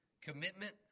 commitment